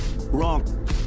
wrong